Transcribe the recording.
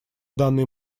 данный